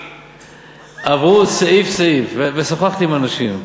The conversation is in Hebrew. עברו סעיף-סעיף, ושוחחתי עם אנשים.